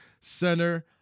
center